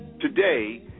Today